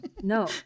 No